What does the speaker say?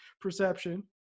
perception